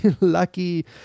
lucky